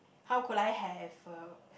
how could I have a